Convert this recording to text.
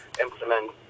implement